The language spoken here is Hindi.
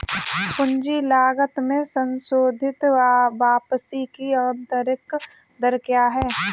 पूंजी लागत में संशोधित वापसी की आंतरिक दर क्या है?